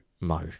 Mo